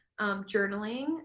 journaling